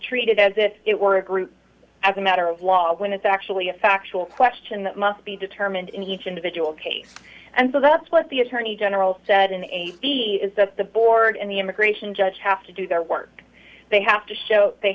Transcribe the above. treated as if it were a group as a matter of law when it's actually a factual question that must be determined in each individual case and so that's what the attorney general said in a b is that the board and the immigration judge have to do their work they have to show they